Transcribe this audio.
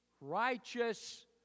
righteous